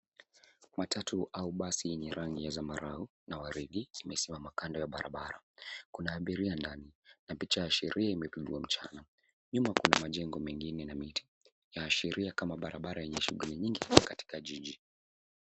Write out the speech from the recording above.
Matatu au basi yenye rangi ya zambarau na waridi imesimama kando ya barabara. Kuna abiria ndani na picha ya sheria imedungwa mchana .Nyuma kuna majengo mengine na inaashiria kama barabara yenye shughuli nyingi katika jiji.